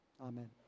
Amen